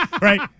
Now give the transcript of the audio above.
Right